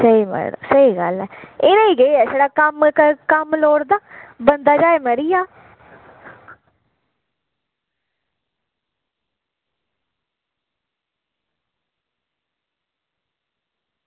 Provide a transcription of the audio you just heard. स्हेई गल्ल स्हेई गल्ल ऐ इनेंगी केह् ऐ छड़ा कम्म लोड़दा बंदा चाहे मरी जा